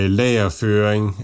lagerføring